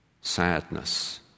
sadness